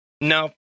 No